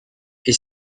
est